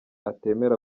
atemera